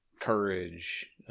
courage